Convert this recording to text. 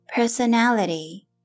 Personality